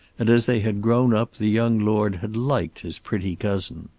and as they had grown up the young lord had liked his pretty cousin.